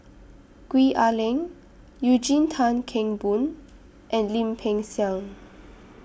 Gwee Ah Leng Eugene Tan Kheng Boon and Lim Peng Siang